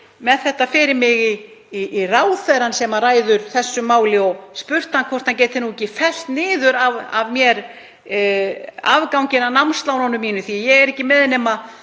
með þetta fyrir mig í ráðherrann sem ræður þessu máli og spurt hann hvort hann geti ekki fellt niður af mér afganginn af námslánunum mínum því að ég er ekki með nema